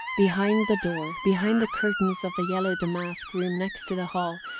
behind the door, behind the curtains of the yellow damask room next to the hall,